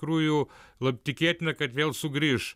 iš tikrųjų tikėtina kad vėl sugrįš